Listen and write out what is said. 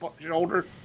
shoulder